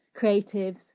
creatives